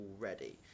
already